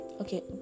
okay